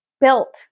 built